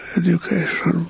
education